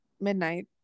midnight